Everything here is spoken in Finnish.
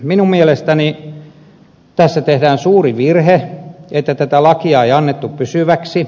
minun mielestäni tässä tehdään suuri virhe että tätä lakia ei annettu pysyväksi